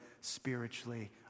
spiritually